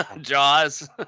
Jaws